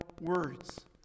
words